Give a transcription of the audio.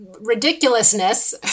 ridiculousness